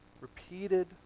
Repeated